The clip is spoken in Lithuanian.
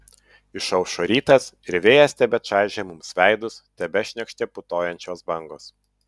išaušo rytas ir vėjas tebečaižė mums veidus tebešniokštė putojančios bangos